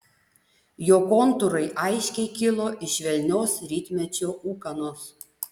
jo kontūrai aiškiai kilo iš švelnios rytmečio ūkanos